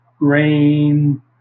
grain